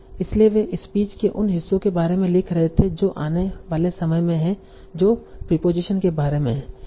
इसलिए वे स्पीच के उन हिस्सों के बारे में लिख रहे थे जो आने वाले समय में हैं जो प्रीपोजीशन के बारे में है